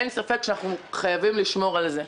אין ספק שאנחנו חייבים לשמור על זה.